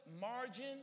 margin